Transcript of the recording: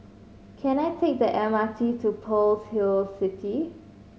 can I take the M R T to Pearl's Hill City